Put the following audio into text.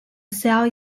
cell